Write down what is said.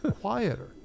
quieter